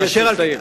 אבקש לסיים.